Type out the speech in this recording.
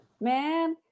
man